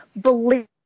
believe